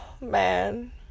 man